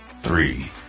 three